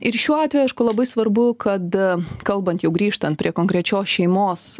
ir šiuo atveju aišku labai svarbu kad kalbant jau grįžtant prie konkrečios šeimos